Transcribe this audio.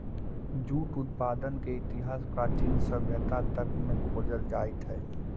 jute उत्पादन के इतिहास प्राचीन सभ्यता तक में खोजल जाइत हई